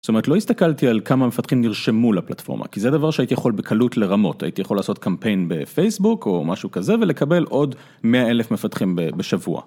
זאת אומרת לא הסתכלתי על כמה מפתחים נרשמו לפלטפורמה כי זה דבר שהייתי יכול בקלות לרמות הייתי יכול לעשות קמפיין בפייסבוק או משהו כזה ולקבל עוד 100,000 מפתחים בשבוע.